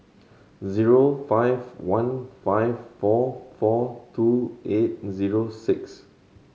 zero five one five four four two eight zero six